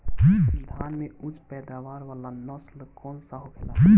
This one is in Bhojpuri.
धान में उच्च पैदावार वाला नस्ल कौन सा होखेला?